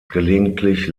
gelegentlich